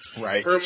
Right